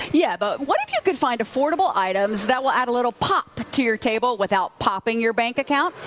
yeah but what if you could find affordable items that will add a little pop to your table without popping your bank account.